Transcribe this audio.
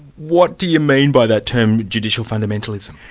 what do you mean by that term judicial fundamentalism?